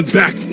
back